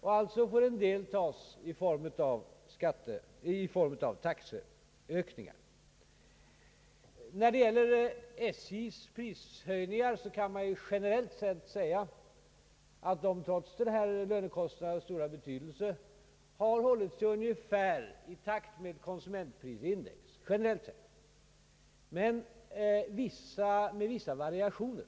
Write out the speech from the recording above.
En del av kostnadsökningen får alltså tas ut i form av taxehöjningar. SJ:s prishöjningar har, trots lönekostnadernas stora inverkan, generellt sett hållit sig ungefär i takt med konsumentprisindex, dock med vissa variationer.